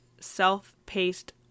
self-paced